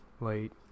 late